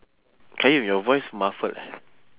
qayyum your voice muffled